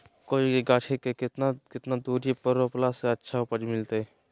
कोबी के गाछी के कितना कितना दूरी पर रोपला से अच्छा उपज मिलतैय?